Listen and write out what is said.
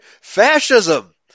Fascism